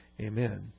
Amen